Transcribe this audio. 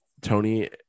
Tony